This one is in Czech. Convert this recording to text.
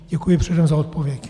Děkuji předem za odpověď.